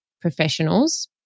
professionals